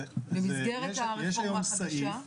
במסגרת הרפורמה החדשה.